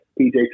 PJ